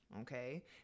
okay